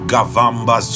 Gavamba